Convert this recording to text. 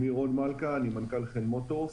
אני מנכ"ל חן מוטורס.